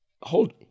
Hold